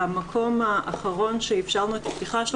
המקום האחרון שאפשרנו את הפתיחה שלו